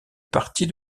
partie